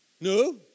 No